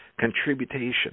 contribution